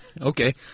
Okay